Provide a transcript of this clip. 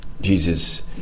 jesus